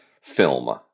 film